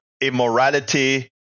immorality